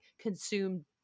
consume